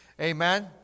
Amen